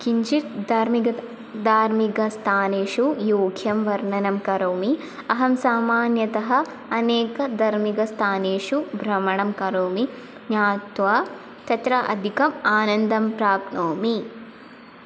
किञ्चित् धार्मिकता धार्मिकस्थानेषु योग्यं वर्णनं करोमि अहं सामान्यतः अनेकधार्मिकस्थानेषु भ्रमणं करोमि ज्ञात्वा तत्र अधिकम् आनन्दं प्राप्नोमि